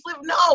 No